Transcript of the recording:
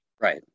Right